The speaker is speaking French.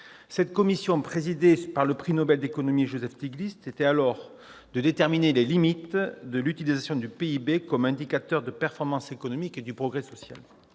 Cette commission, présidée par le prix Nobel d'économie Joseph Stiglitz, était chargée de déterminer les limites de l'utilisation du PIB comme indicateur de performance économique et de progrès social.